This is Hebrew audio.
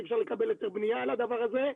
אי אפשר לקבל היתר בנייה לדבר הזה.